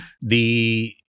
the-